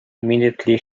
immediately